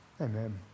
Amen